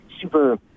super